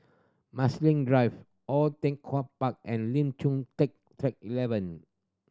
Marsiling Drive Oei Tiong Ham Park and Lim Chu Kang Track Eleven